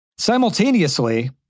Simultaneously